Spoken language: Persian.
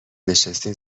نشستین